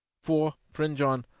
for, friend john,